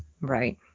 Right